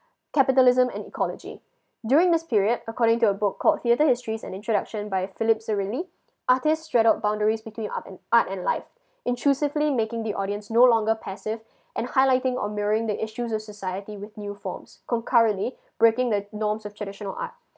capitalism and ecology during this period according to a book called theater histories an introduction by philips zarrilli artist shadowed boundaries between up and art and life inclusively making the audience no longer passive and highlighting or mirroring the issues of society with new forms concurrently breaking the norms of traditional art